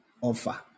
offer